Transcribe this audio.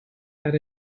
that